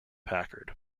packard